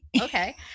Okay